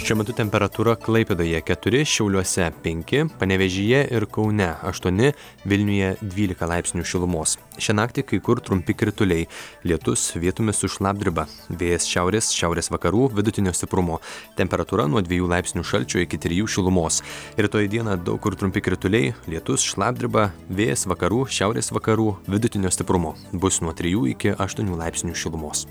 šiuo metu temperatūra klaipėdoje keturi šiauliuose penki panevėžyje ir kaune aštuoni vilniuje dvylika laipsnių šilumos šią naktį kai kur trumpi krituliai lietus vietomis su šlapdriba vėjas šiaurės šiaurės vakarų vidutinio stiprumo temperatūra nuo dviejų laipsnių šalčio iki trijų šilumos rytoj dieną daug kur trumpi krituliai lietus šlapdriba vėjas vakarų šiaurės vakarų vidutinio stiprumo bus nuo trijų iki aštuonių laipsnių šilumos